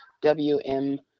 WM